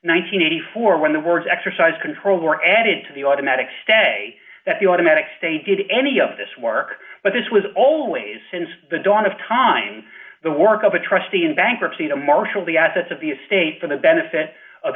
and eighty four when the words exercise control are added to the automatic stay that the automatic stay did any of this work but this was always since the dawn of time the work of a trustee in bankruptcy to marshal the assets of the state for the benefit of